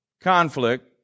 conflict